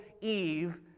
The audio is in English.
Eve